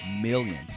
million